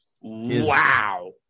wow